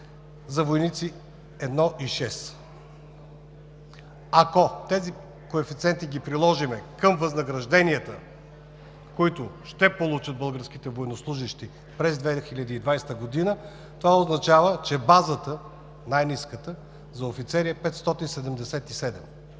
за войници – 1,6. Ако тези коефициенти ги приложим към възнагражденията, които ще получат българските военнослужещи през 2020 г., това означава, че най-ниската база за офицери е 577;